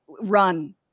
run